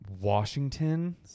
Washington